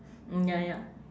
mm ya ya